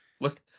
Look